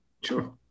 Sure